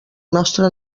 nostre